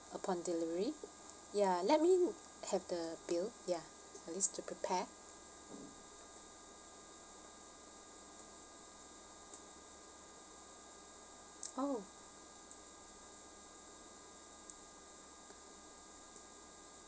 upon delivery ya let me have the bill ya at least to prepare oh